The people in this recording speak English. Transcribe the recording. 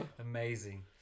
Amazing